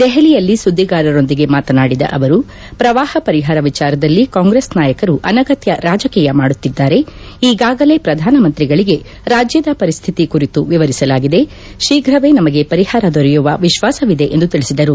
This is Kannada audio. ದೆಹಲಿಯಲ್ಲಿ ಸುದ್ದಿಗಾರರೊಂದಿಗೆ ಮಾತನಾಡಿದ ಅವರು ಪ್ರವಾಹ ಪರಿಹಾರ ವಿಚಾರದಲ್ಲಿ ಕಾಂಗ್ರಸ್ ನಾಯಕರು ಅನಗತ್ನ ರಾಜಕೀಯ ಮಾಡುತ್ತಿದ್ದಾರೆ ಈಗಾಗಲೇ ಪ್ರಧಾನ ಮಂತ್ರಿಗಳಿಗೆ ರಾಜ್ಯದ ಪರಿಸ್ಥಿತಿ ಕುರಿತು ವಿವರಿಸಲಾಗಿದೆ ಶೀಘ್ರ ನಮಗೆ ಪರಿಹಾರ ದೊರೆಯುವ ವಿಶ್ವಾಸವಿದೆ ಎಂದು ತಿಳಿಸಿದರು